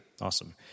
awesome